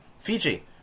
Fiji